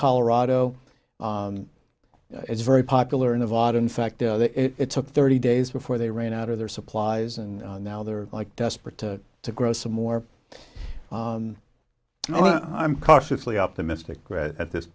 colorado is very popular in nevada in fact it took thirty days before they ran out of their supplies and now they're like desperate to grow some more i'm cautiously optimistic at this